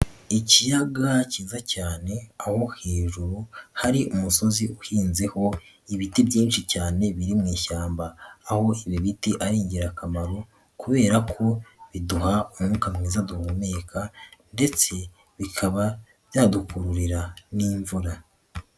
Ikiyaga cyiza cyane aho hejuru hari umusozi uhinzeho ibiti byinshi cyane biri mu ishyamba, aho ibi biti ari ingirakamaro kubera ko biduha umwuka mwiza duhumeka ndetse bikaba byadukururira n'imvura.